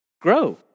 grow